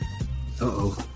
Uh-oh